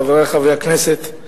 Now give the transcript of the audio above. חברי חברי הכנסת,